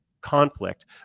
conflict